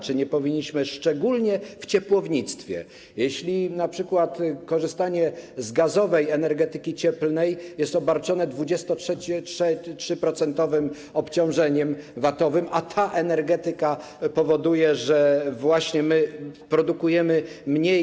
Czy nie powinniśmy, szczególnie w ciepłownictwie, jeśli np. korzystanie z gazowej energetyki cieplnej jest obarczone 23-procentowym obciążeniem VAT-owym, a to ta energetyka powoduje, że właśnie produkujemy mniej.